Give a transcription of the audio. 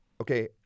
okay